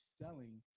selling